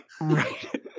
Right